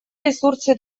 ресурсы